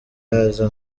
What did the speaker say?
yaza